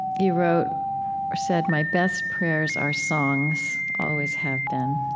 you wrote or said, my best prayers are songs, always have been.